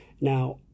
now